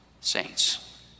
saints